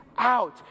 out